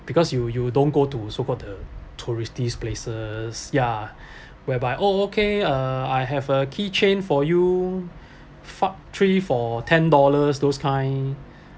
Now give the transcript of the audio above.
because you you don't go to so called the touristy places ya whereby oh okay uh I have a key chain for you fuck three for ten dollars those kind